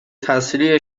تسریع